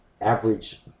average